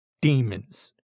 demons